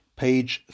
page